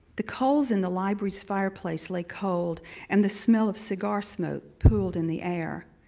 the coals in the library's fireplace lay cold and the smell of cigar smoke pooled in the air.